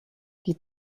die